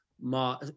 Ma